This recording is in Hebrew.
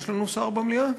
יש לנו שר במליאה?